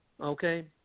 okay